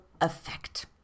effect